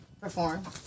perform